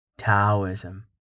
Taoism